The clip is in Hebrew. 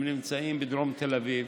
הם נמצאים בדרום תל אביב,